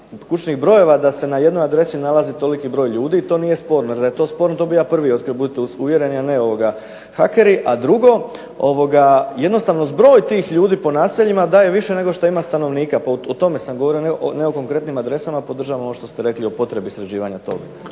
da se na jednoj adresi nalazi toliki broj ljudi to nije sporno. Jer da je to sporno to bih ja prvi otkrio budite uvjereni a ne hakeri. A drugo, jednostavno zbroj tih ljudi po naseljima daje više nego što ima stanovnika, pa o tome sam govorio, ne o konkretnim adresama. Podržavam ovo što ste rekli o potrebi sređivanja toga